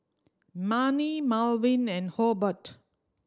Manie Malvin and Hobert